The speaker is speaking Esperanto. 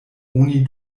oni